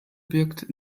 wirkt